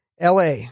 la